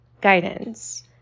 guidance